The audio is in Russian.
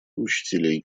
учителей